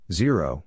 zero